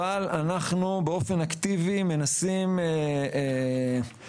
אבל אנחנו באופן אקטיבי מנסים לפנות,